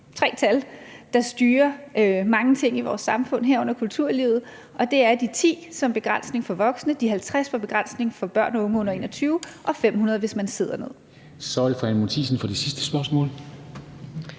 tre tal, der styrer mange ting i vores samfund, herunder kulturlivet: Det er de 10 som begrænsning for voksne, de 50 som begrænsning for børn og unge under 21 år og de 500 som begrænsning, hvis man sidder ned.